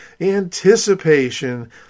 anticipation